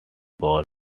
gov